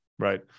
Right